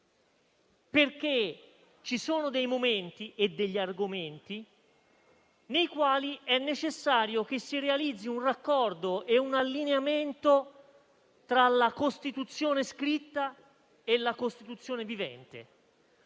infatti, dei momenti e degli argomenti rispetto ai quali è necessario che si realizzino un raccordo e un allineamento tra la Costituzione scritta e la Costituzione vivente.